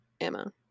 emma